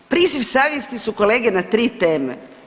Priziv savjesti su kolege na tri teme.